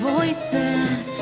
Voices